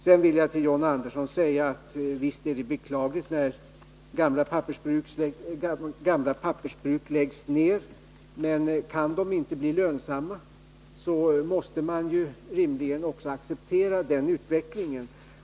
Sedan vill jag till John Andersson säga att visst är det beklagligt när gamla pappersbruk läggs ned. Men kan de inte bli lönsamma, så måste man rimligen också acceptera den utvecklingen.